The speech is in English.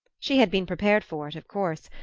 she had been prepared for it, of course,